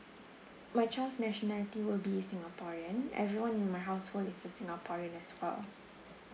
my child's nationality will be singaporean everyone in my household is a singaporean as well